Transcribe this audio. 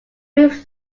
roof